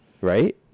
right